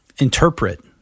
interpret